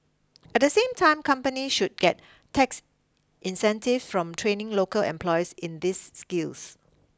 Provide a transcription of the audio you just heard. at the same time company should get tax incentives from training local employees in these skills